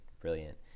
brilliant